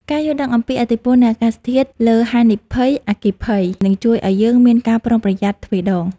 ការយល់ដឹងអំពីឥទ្ធិពលនៃអាកាសធាតុលើហានិភ័យអគ្គិភ័យនឹងជួយឱ្យយើងមានការប្រុងប្រយ័ត្នទ្វេដង។